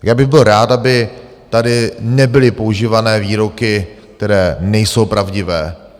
Já bych byl rád, aby tady nebyly používané výroky, které nejsou pravdivé.